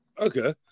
Okay